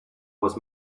was